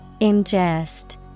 Ingest